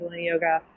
yoga